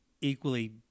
equally